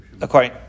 According